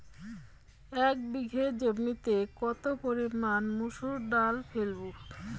এক বিঘে জমিতে কত পরিমান মুসুর ডাল ফেলবো?